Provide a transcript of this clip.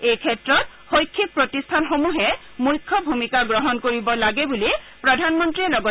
এইক্ষেত্ৰত শৈক্ষিক প্ৰতিষ্ঠানসমূহে মুখ্য ভুমিকা গ্ৰহণ কৰিব লাগে বুলি প্ৰধানমন্ত্ৰীয়ে লগতে সদৰী কৰে